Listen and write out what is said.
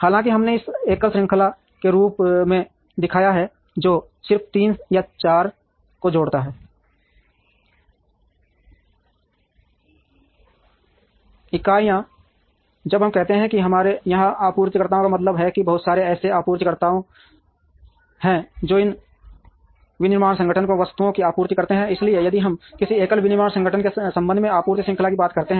हालांकि हमने इसे एकल श्रृंखला के रूप में दिखाया है जो सिर्फ 3 या 4 को जोड़ता है इकाइयाँ जब हम कहते हैं कि हमारे यहाँ आपूर्तिकर्ताओं का मतलब है कि बहुत सारे ऐसे आपूर्तिकर्ता हैं जो इस विनिर्माण संगठन को वस्तुओं की आपूर्ति करते हैं इसलिए यदि हम किसी एकल विनिर्माण संगठन के संबंध में आपूर्ति श्रृंखला की बात करते हैं